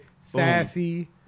sassy